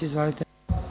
Izvolite.